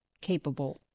capable